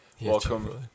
welcome